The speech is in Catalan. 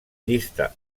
llista